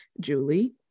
julie